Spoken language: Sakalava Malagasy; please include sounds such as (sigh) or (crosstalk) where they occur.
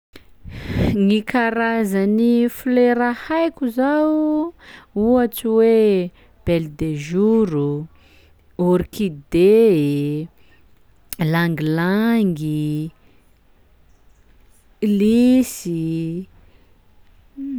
(noise) Gny karazan'ny folera haiko zao: ohatsy hoe belle de jour, orchidée, ylang-ylang i, lys i.